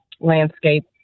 landscape